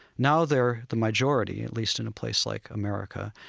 now they're the majority, at least in a place like america,